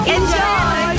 Enjoy